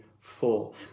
full